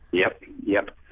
yep. yep.